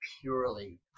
purely